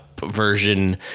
version